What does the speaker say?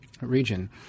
region